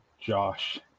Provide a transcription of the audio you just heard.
Josh